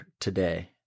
today